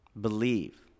believe